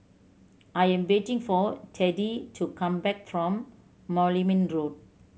I am waiting for Teddie to come back from Moulmein Road